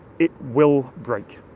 it will break.